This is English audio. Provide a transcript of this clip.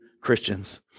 Christians